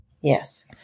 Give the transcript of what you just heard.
Yes